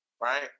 Right